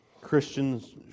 Christians